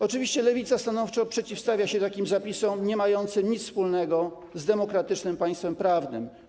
Oczywiście Lewica stanowczo przeciwstawia się takim zapisom niemającym nic wspólnego z demokratycznym państwem prawnym.